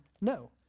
No